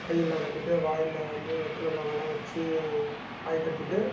கையெல்லாம் கட்டிட்டு வாயில் வந்து வெற்றில பாக்கெல்லாம் வெச்சு வாய் கட்டிகிட்டு